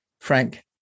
Frank